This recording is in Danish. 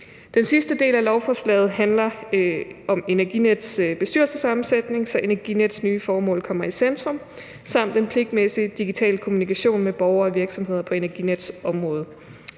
Den sidste del af lovforslaget handler om Energinets bestyrelsessammensætning, så Energinets nye formål kommer i centrum, og om den pligtmæssige digitale kommunikation med borgere og virksomheder på Energinets område.